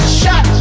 shot